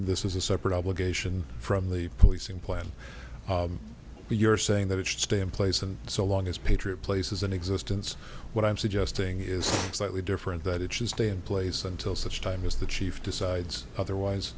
this is a separate obligation from the policing plan but you're saying that it should stay in place and so long as patriot place is an existence what i'm suggesting is slightly different that it should stay in place until such time as the chief decides otherwise